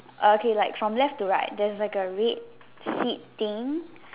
okay from left to right there's like a red seat thing